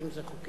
האם זה חוקי?